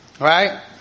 right